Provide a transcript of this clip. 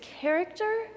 character